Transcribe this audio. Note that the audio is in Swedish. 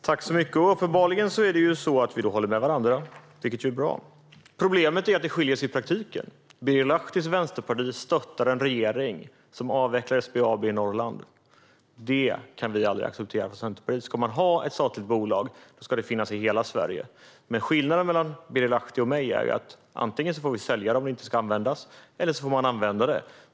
Herr talman! Uppenbarligen håller vi med varandra, vilket ju är bra. Problemet är att vi skiljer oss åt i praktiken. Birger Lahtis vänsterparti stöttar en regering som avvecklar SBAB i Norrland. Det kan vi aldrig acceptera i Centerpartiet. Ska vi ha ett statligt bolag ska det finnas i hela Sverige. Antingen får man sälja det om det inte ska användas eller så får man använda det.